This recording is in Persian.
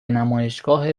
نمایشگاه